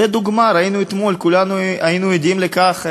לדוגמה, ראינו אתמול, כולנו היינו עדים לכך,